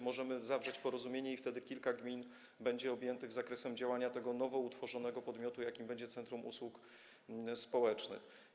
Możemy zawrzeć porozumienie i wtedy kilka gmin będzie objętych zakresem działania tego nowo utworzonego podmiotu, jakim będzie centrum usług społecznych.